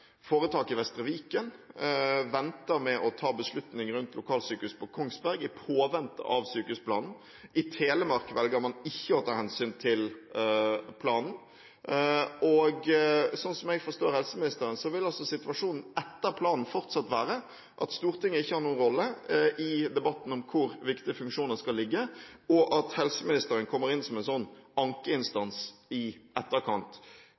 Vestre Viken venter med å ta en beslutning om lokalsykehuset på Kongsberg i påvente av sykehusplanen. I Telemark velger man ikke å ta hensyn til planen. Sånn som jeg forstår helseministeren, vil altså situasjonen etter planen fortsatt være at Stortinget ikke har noen rolle i debatten om hvor viktige funksjoner skal ligge, og at helseministeren kommer inn som en ankeinstans i etterkant.